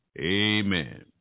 Amen